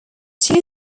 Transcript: two